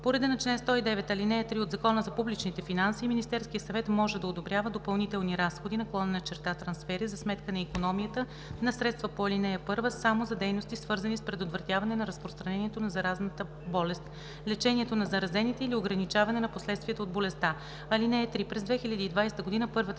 По реда на чл. 109, ал. 3 от Закона за публичните финанси Министерският съвет може да одобрява допълнителни разходи/трансфери за сметка на икономията на средства по ал. 1 само за дейности, свързани с предотвратяване на разпространението на заразната болест, лечението на заразените или ограничаване на последствията от болестта. (3) През 2020 г. първата